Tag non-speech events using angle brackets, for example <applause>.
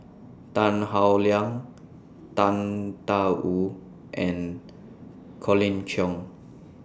<noise> Tan Howe Liang Tang DA Wu and Colin Cheong